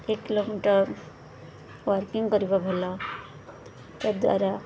ଏକ କିଲୋମିଟର ୱାର୍କିଂ କରିବା ଭଲ ତା ଦ୍ୱାରା